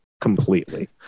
completely